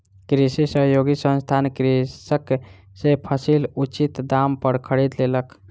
कृषि सहयोगी संस्थान कृषक सॅ फसील उचित दाम पर खरीद लेलक